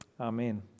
Amen